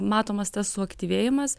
matomas tas suaktyvėjimas